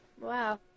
Wow